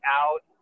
out